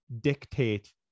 dictate